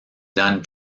done